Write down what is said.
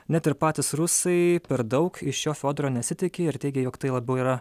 net ir patys rusai per daug iš šio fiodoro nesitiki ir teigia jog tai labiau yra